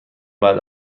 بعد